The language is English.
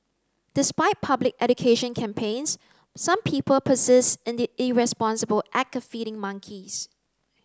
despite public education campaigns some people persist in the irresponsible act of feeding monkeys